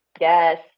Yes